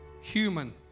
Human